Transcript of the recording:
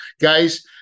Guys